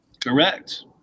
correct